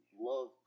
love